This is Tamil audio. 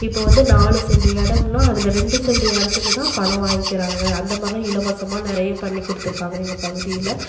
இப்போ வந்து நாலு சென்டு இடம்னா அதுல ரெண்டு சென்டு இடத்துக்கு தான் பணம் வாங்கிக்கிறாங்க அந்தமாதிரிலாம் இலவசமாக நிறைய பண்ணி கொடுத்துருக்காங்க எங்கள் பகுதியில்